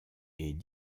est